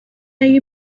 اگر